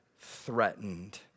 threatened